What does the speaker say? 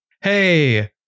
hey